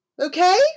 okay